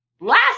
Last